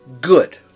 good